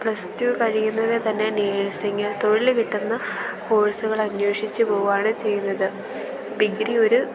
plus two കഴിയുന്നത് തന്നെ nursing തൊഴിൽ കിട്ടുന്ന കോഴ്സുകൾ അന്വേഷിച്ചു പോവുകയാണ് ചെയ്യുന്നത് ഡിഗ്രി ഒരു